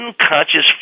Unconscious